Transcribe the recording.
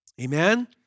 Amen